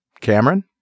Cameron